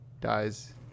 dies